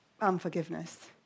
unforgiveness